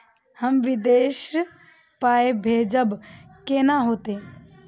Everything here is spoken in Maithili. हम विदेश पाय भेजब कैना होते?